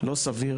לא סביר